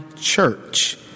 church